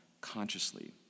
consciously